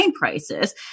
prices